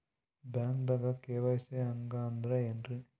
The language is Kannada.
ಬ್ಯಾಂಕ್ದಾಗ ಕೆ.ವೈ.ಸಿ ಹಂಗ್ ಅಂದ್ರೆ ಏನ್ರೀ?